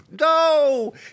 No